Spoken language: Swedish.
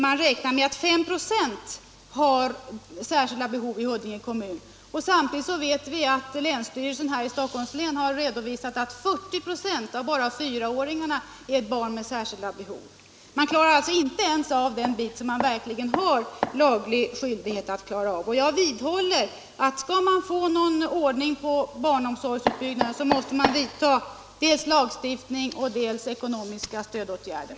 Man räknar där med att 5 96 av barnen har sådana särskilda behov, samtidigt som vi vet att länsstyrelsen i Stockholms län redovisat att 40 96 bara av fyraåringarna är barn med särskilda behov. Kommunerna klarar alltså inte ens av det man har skyldighet att klara av, och jag vidhåller att om man skall få någon ordning på barnomsorgsutbyggnaden måste man dels tillgripa lagstiftning, dels vidta ekonomiska stödåtgärder.